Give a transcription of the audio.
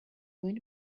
going